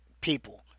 people